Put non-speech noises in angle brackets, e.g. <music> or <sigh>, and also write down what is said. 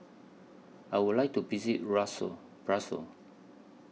I Would like to visit <unintelligible> Brussels